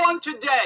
today